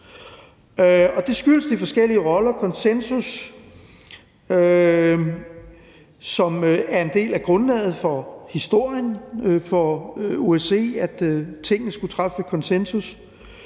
og det skyldes de forskellige roller, konsensus, som er en del af grundlaget for historien for OSCE, altså at det skulle besluttes ved konsensus,